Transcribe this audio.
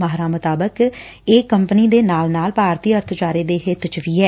ਮਾਹਿਰਾਂ ਮੁਤਾਬਿਕ ਇਹ ਕੰਪਨੀ ਦੇ ਨਾਲ ਨਾਲ ਭਾਰਤੀ ਅਰਬਚਾਰੇ ਦੇ ਹਿੱਤ ਚ ਵੀ ਐ